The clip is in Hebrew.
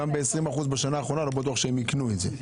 גם ב-20% פחות בשנה האחרונה לא בטוח שהם יקנו את זה.